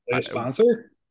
Sponsor